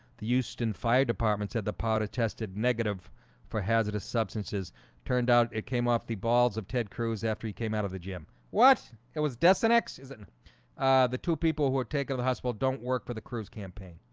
the euston fire department said the powder tested negative for hazardous substances turned out it came off the balls of ted cruz after he came out of the gym what it was desenex isn't the two people who take of the hospital don't work for the cruz campaign.